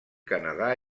canadà